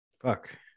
fuck